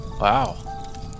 Wow